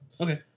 Okay